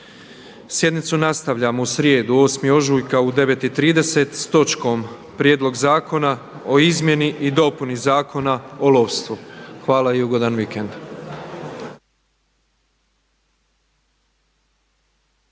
Sjednicu nastavljamo u srijedu, 8. ožujka u 9,30 s točkom Prijedlog zakona o izmjeni i dopuni Zakona o lovstvu. Hvala i ugodan vikend.